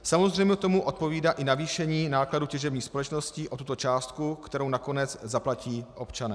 Samozřejmě tomu odpovídá i navýšení nákladů těžebních společností o tuto částku, kterou nakonec zaplatí občané.